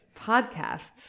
podcasts